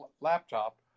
laptop